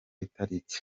itariki